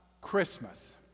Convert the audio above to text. Christmas